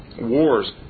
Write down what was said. wars